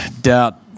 doubt